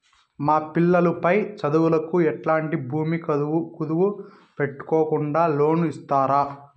మా పిల్లలు పై చదువులకు ఎట్లాంటి భూమి కుదువు పెట్టుకోకుండా లోను ఇస్తారా